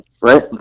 Right